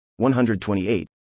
128